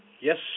yes